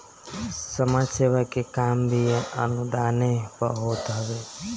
समाज सेवा के काम भी अनुदाने पअ होत हवे